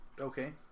Okay